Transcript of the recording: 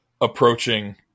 approaching